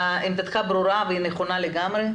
עמדתך ברורה והיא לגמרי נכונה.